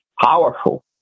powerful